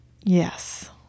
yes